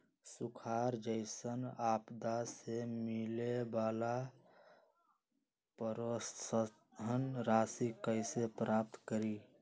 सुखार जैसन आपदा से मिले वाला प्रोत्साहन राशि कईसे प्राप्त करी?